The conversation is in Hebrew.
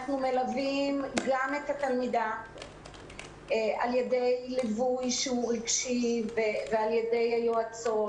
אנחנו מלווים גם את התלמידה בליווי רגשי על ידי יועצות